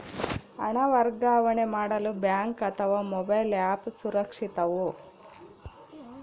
ಹಣ ವರ್ಗಾವಣೆ ಮಾಡಲು ಬ್ಯಾಂಕ್ ಅಥವಾ ಮೋಬೈಲ್ ಆ್ಯಪ್ ಸುರಕ್ಷಿತವೋ?